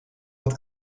wat